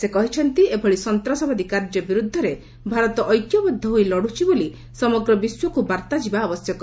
ସେ କହିଛନ୍ତି ଏଭଳି ସନ୍ତାସବାଦୀ କାର୍ଯ୍ୟ ବିରୁଦ୍ଧରେ ଭାରତ ଐକ୍ୟବଦ୍ଧ ହୋଇ ଲଢୁଛି ବୋଲି ସମଗ୍ର ବିଶ୍ୱକୁ ବାର୍ତ୍ତା ଯିବା ଆବଶ୍ୟକ